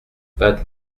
vingt